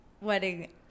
wedding